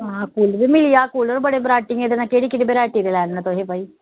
हां कूलर मिली जाग कूलर बड़ी बराइटियै दे न केह्ड़ी केह्ड़ी बरायटी दे लैने न तुसें भाई